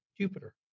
Jupiter